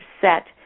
set